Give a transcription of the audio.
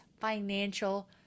financial